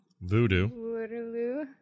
Voodoo